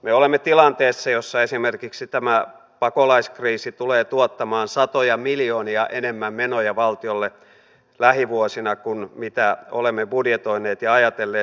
me olemme tilanteessa jossa esimerkiksi tämä pakolaiskriisi tulee tuottamaan satoja miljoonia enemmän menoja valtiolle lähivuosina kuin mitä olemme budjetoineet ja ajatelleet